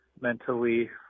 mentally